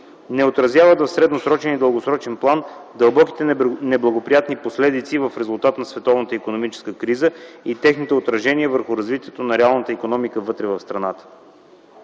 не отразяват в средносрочен и дългосрочен план дълбоките неблагоприятни последици в резултат на световната икономическа криза и техните отражения върху развитието на реалната икономика вътре в страната.